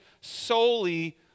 solely